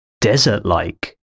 desert-like